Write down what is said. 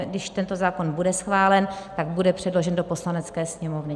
Když tento zákon bude schválen, tak bude předložen do Poslanecké sněmovny.